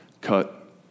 cut